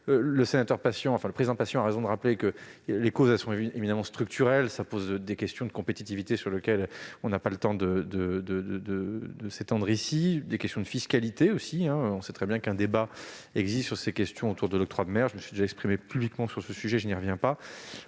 Le sénateur Patient a raison de rappeler que les causes de ce phénomène sont éminemment structurelles ; des questions de compétitivité, notamment, sont en jeu- je n'ai pas le temps de m'étendre ici -, des questions de fiscalité aussi : on sait très bien qu'un débat existe sur ces questions autour de l'octroi de mer ; je me suis déjà exprimé publiquement sur le sujet, je n'y reviens pas.